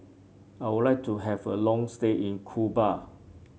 I would like to have a long stay in Cuba